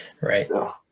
right